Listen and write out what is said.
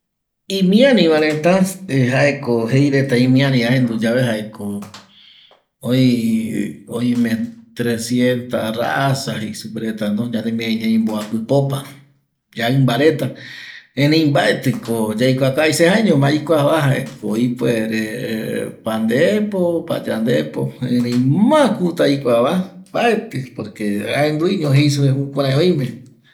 Imiari vaereta jaeko imiari aendu yave oime trscienta raza jei supe varetava ñanemiari ñai mboapƚpopa yaƚimba reta erei mbaetƚko yaikua kavi se jaeñoma aikuava ipuere pandepo, payandepo erei ma kutƚ aikuava mbaetƚ porque aenduiño jei supe jukurai oime